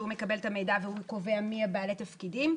שהוא מקבל את המידע והוא קובע מי בעלי התפקידים.